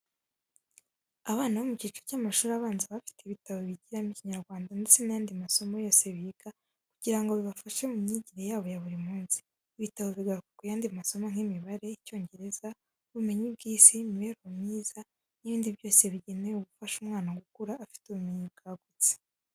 Abana bo mu cyiciro cy’amashuri abanza baba bafite ibitabo bigiramo Ikinyarwanda ndetse n’ayandi masomo yose biga, kugira ngo bibafashe mu myigire yabo ya buri munsi. Ibitabo bigaruka ku yandi masomo nk'imibare, Icyongereza, ubumenyi bw'isi, imibereho myiza n'ibindi byose bigenewe gufasha umwana gukura afite ubumenyi bwagutse.